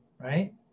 right